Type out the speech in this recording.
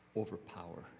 overpower